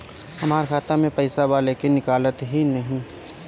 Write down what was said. हमार खाता मे पईसा बा लेकिन निकालते ही नईखे?